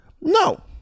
no